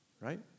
Right